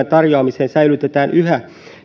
tarjoamiseen säilytetään yhä